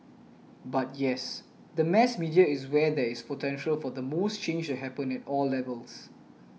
but yes the mass media is where there is potential for the most change to happen at all levels